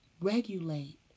Regulate